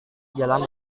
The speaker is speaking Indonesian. jalan